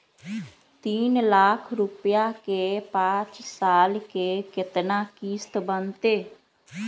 तीन लाख रुपया के पाँच साल के केतना किस्त बनतै?